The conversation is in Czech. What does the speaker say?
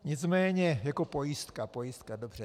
Nicméně pojistka, pojistka, dobře.